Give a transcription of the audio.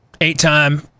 eight-time